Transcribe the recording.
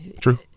True